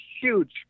huge